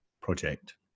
project